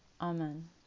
Amen